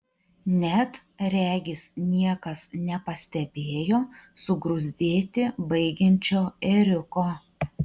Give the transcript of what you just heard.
net regis niekas nepastebėjo sugruzdėti baigiančio ėriuko